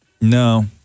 No